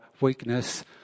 weakness